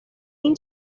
این